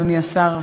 אדוני השר,